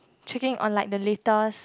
check in on like the latest